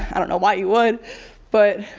i don't know why you would but